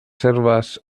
selvas